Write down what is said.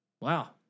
wow